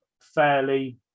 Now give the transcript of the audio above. fairly